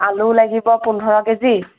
আলু লাগিব পোন্ধৰ কেজি